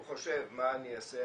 הוא חושב מה אני אעשה,